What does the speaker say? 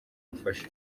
gufasha